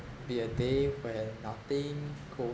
be a day where nothing goes